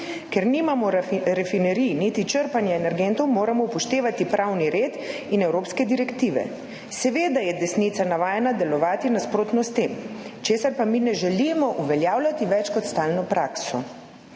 Ker nimamo rafinerij, niti črpanja energentov, moramo upoštevati pravni red in evropske direktive. Seveda je desnica navajena delovati nasprotno s tem, česar pa mi ne želimo več uveljavljati kot stalno prakso.